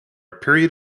period